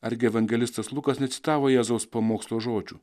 argi evangelistas lukas necitavo jėzaus pamokslo žodžių